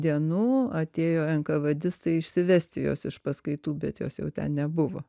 dienų atėjo enkavedistai išsivesti jos iš paskaitų bet jos jau ten nebuvo